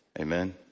Amen